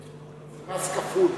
מס כפול.